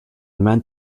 meant